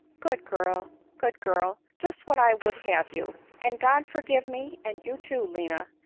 good girl, good girl! just what i would have you! and god forgive me, and you too, lina,